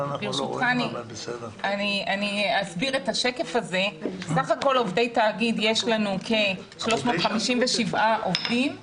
אני רוצה לומר שיש לנו כ-350-342 עובדי